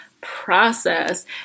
process